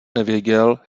nevěděl